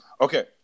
okay